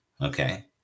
Okay